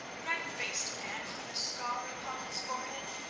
red-faced man, with a scar upon his forehead,